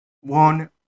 one